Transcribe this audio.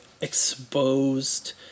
exposed